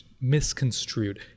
misconstrued